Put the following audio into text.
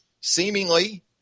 seemingly